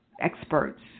experts